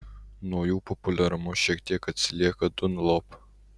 nuo jų populiarumu šiek tiek atsilieka dunlop